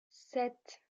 sept